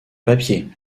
papier